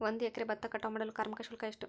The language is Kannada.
ಒಂದು ಎಕರೆ ಭತ್ತ ಕಟಾವ್ ಮಾಡಲು ಕಾರ್ಮಿಕ ಶುಲ್ಕ ಎಷ್ಟು?